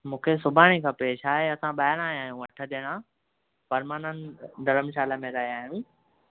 मूंखे सुभाणे खपे छा आहे असां ॿाहिरां आया आहियूं अठ ॼणा परमानंद धरमशाला में रहिया आहियूं